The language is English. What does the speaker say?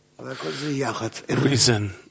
reason